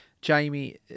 Jamie